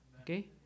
Okay